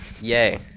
Yay